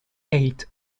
eighth